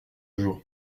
jour